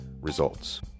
Results